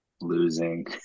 Losing